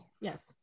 Yes